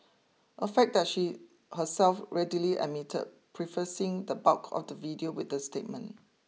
a fact that she herself readily admitted prefacing the bulk of the video with this statement